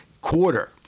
quarter